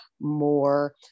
more